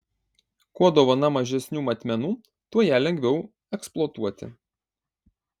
kuo dovana mažesnių matmenų tuo ją lengviau eksploatuoti